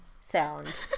sound